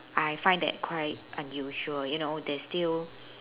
I find that quite unusual you know they still